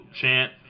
chant